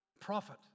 prophet